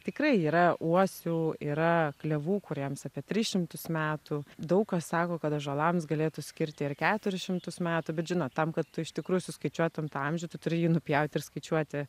tikrai yra uosių yra klevų kuriems apie tris šimtus metų daug kas sako kad ąžuolams galėtų skirti ir keturis šimtus metų bet žinot tam kad tu iš tikrųjų suskaičiuotum tą amžių tu turi jį nupjauti ir skaičiuoti